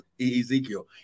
Ezekiel